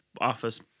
office